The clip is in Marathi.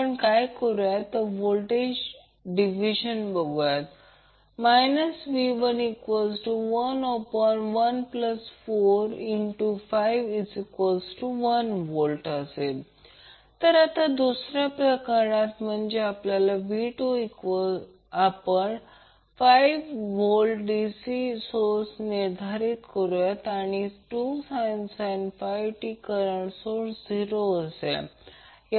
आपण काय करुया तर व्होल्टेज डिवीज़न बघुया v111451V आता दुसऱ्या प्रकरणात म्हणजेच या प्रकरणात v2 आपण 5V DC सोर्स निर्धारित करूया आणि 2sin 5t करंट सोर्स 0 असेल